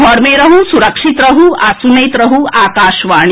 घर मे रहू सुरक्षित रहू आ सुनैत रहू आकाशवाणी